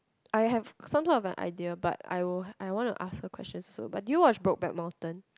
I have some kind of an idea but I will I want to ask her questions so but did you watch Brokeback Mountain